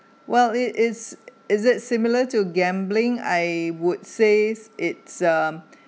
well it is is it similar to gambling I would say it's um